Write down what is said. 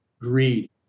greed